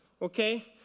Okay